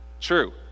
true